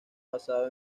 basado